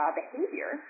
behavior